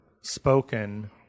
spoken